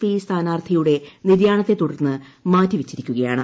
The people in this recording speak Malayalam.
പി സ്ഥാനാർത്ഥിയുടെ നിര്യാണത്തെ തുടർന്ന് മാറ്റിവച്ചിരിക്കുകയാണ്